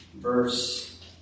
verse